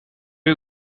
you